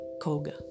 Koga